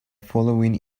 following